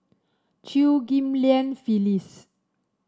Chew Ghim Lian Phyllis